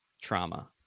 trauma